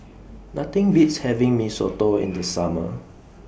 Nothing Beats having Mee Soto in The Summer